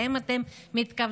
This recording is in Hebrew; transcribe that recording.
האם אתם מתכוונים,